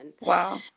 Wow